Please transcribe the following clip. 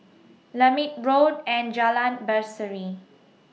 Lermit Road and Jalan Berseri